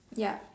ya